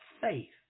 faith